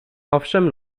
owszem